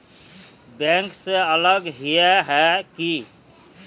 Bank से अलग हिये है की?